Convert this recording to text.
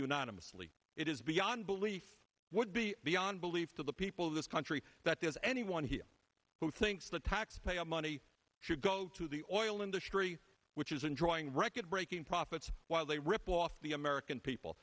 unanimously it is beyond belief would be beyond belief to the people of this country that there's anyone here who thinks the taxpayer money should go to the oil industry which is enjoying record breaking profits while they rip off the american people